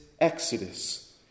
exodus